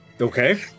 Okay